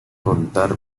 contar